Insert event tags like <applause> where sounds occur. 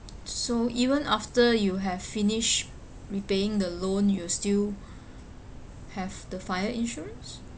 so even after you have finish repaying the loan you still <breath> have the fire insurance